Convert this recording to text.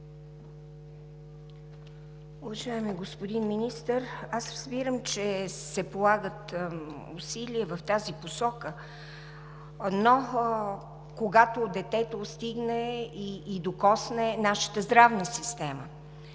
Уважаеми господин Министър, аз разбирам, че се полагат усилия в тази посока, но когато детето стигне и докосне нашата здравна система.